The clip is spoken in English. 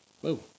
whoa